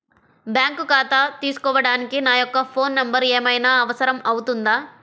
Bank ఖాతా తీసుకోవడానికి నా యొక్క ఫోన్ నెంబర్ ఏమైనా అవసరం అవుతుందా?